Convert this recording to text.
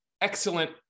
excellent